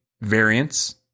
variance